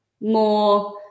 more